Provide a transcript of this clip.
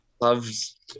loves